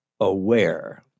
aware